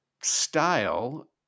style